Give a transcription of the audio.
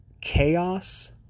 chaos